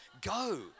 Go